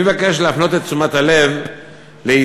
אני מבקש להפנות את תשומת הלב לידיעות